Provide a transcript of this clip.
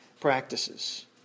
practices